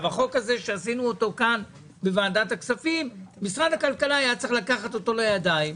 את החוק שעשינו בוועדת הכספים משרד הכלכלה היה צריך לקחת לידיים,